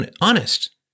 honest